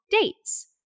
dates